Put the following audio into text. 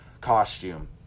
costume